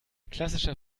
klassischer